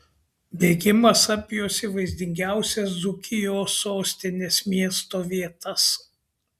bėgimas apjuosė vaizdingiausias dzūkijos sostinės miesto vietas